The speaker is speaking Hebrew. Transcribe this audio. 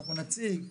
אנחנו נציג,